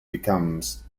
becomes